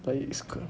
but it's good